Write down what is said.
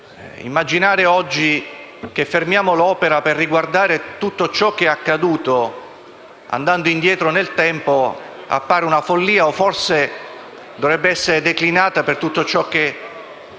Immaginare oggi di fermare l'opera per riguardare tutto ciò che è accaduto, andando indietro nel tempo, appare una follia o forse questo dovrebbe essere declinato per tutto ciò che accade